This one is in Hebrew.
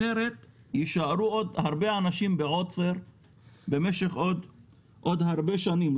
אחרת יישארו עוד הרבה אנשים בעוצר במשך עוד הרבה שנים.